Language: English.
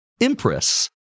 empress